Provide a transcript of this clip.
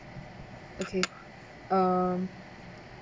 okay um